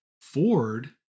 Ford